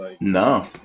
No